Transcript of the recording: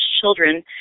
children